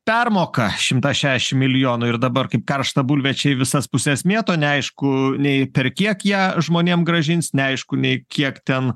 permoka šimtas šiašim milijonų ir dabar kaip karštą bulvę čia į visas puses mėto neaišku nei per kiek ją žmonėm grąžins neaišku nei kiek ten